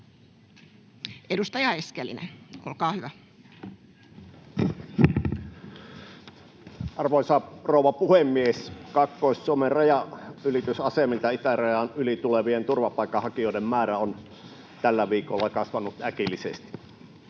Edustaja Eskelinen, olkaa hyvä. Arvoisa rouva puhemies! Kaakkois-Suomen rajanylitysasemilta itärajan yli tulevien turvapaikanhakijoiden määrä on tällä viikolla kasvanut äkillisesti: